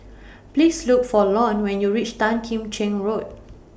Please Look For Lon when YOU REACH Tan Kim Cheng Road